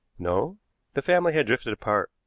no the family had drifted apart.